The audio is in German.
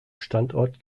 standort